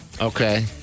Okay